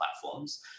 platforms